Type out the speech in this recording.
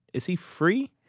is he free?